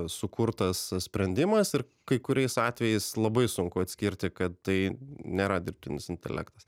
sukurtas sprendimas ir kai kuriais atvejais labai sunku atskirti kad tai nėra dirbtinis intelektas